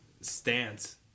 stance